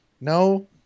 No